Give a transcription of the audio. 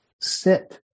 sit